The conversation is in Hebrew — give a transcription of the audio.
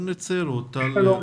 בבקשה.